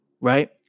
Right